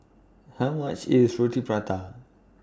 How much IS Roti Prata